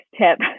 tip